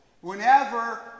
whenever